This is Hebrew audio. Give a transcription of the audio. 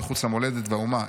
מחוץ למולדת והאומה.